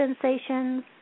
sensations